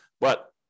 But-